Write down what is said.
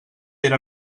era